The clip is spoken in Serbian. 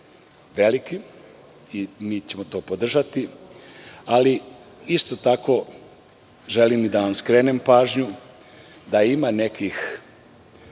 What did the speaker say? napredak i mi ćemo to podržati, ali isto tako želim da vam skrenem pažnju da ima nekih